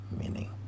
meaning